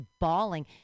bawling